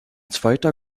zweiter